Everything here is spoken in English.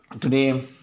today